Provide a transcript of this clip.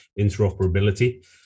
interoperability